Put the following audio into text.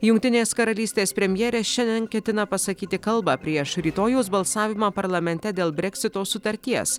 jungtinės karalystės premjerė šiandien ketina pasakyti kalbą prieš rytojaus balsavimą parlamente dėl breksito sutarties